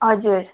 हजुर